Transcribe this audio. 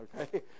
okay